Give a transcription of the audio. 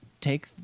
Take